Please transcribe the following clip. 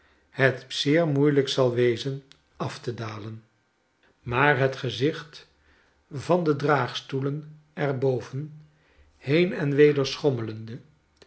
het zeer moeielijk zal wezen aftedalen maar het gezicht van de draagstoelen er boven heen en weder schommelende